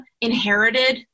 inherited